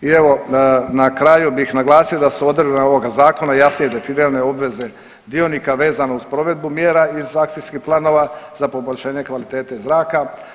I evo na kraju bih naglasio da su odredbama ovoga zakona jasnije definirane obveze dionika vezano uz provedbu mjera iz akcijskih planova za poboljšanje kvalitete zraka.